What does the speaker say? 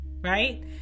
right